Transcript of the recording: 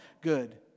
good